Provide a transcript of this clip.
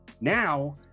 Now